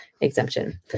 exemption